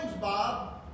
Bob